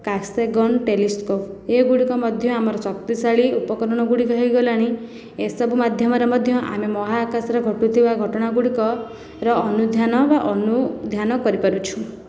କାଶେଗନ୍ telescope ଏଗୁଡ଼ିକ ମଧ୍ୟ ଆମର ଶକ୍ତି ଶାଳୀ ଉପକରଣ ଗୁଡ଼ିକ ହୋଇଗଲାଣି ଏସବୁ ମାଧ୍ୟମରେ ମଧ୍ୟ ଆମେ ମହାକାଶରେ ଘଟୁଥିବା ଘଟଣା ଗୁଡ଼ିକର ଅନୁଧ୍ୟାନ ବା ଅନୁଧ୍ୟାନ କରିପାରୁଛୁ